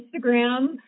Instagram